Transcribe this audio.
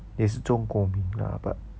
也是中国名 lah but